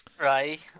Right